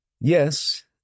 Yes